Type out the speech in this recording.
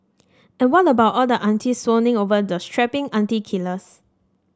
and what about all the aunties swooning over these strapping auntie killers